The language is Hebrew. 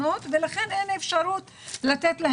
אבל אסור לעשות את זה תוך עצירה של מה שמתקדם,